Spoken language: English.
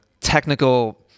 technical